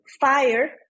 fire